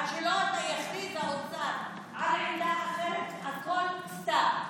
עד שהאוצר לא יכריז על עמדה אחרת, הכול סתם.